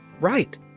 Right